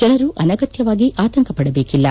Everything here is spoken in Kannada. ಜನರು ಅನಗತ್ಯವಾಗಿ ಆತಂಕಪಡಬೇಕಿಲ್ಲ